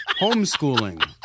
homeschooling